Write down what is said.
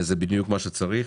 וזה בדיוק מה שצריך.